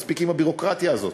מספיק עם הביורוקרטיה הזאת.